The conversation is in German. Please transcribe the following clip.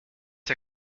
der